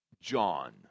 John